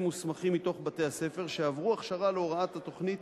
מוסמכים מתוך בתי-הספר שעברו הכשרה להוראת התוכנית